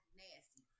nasty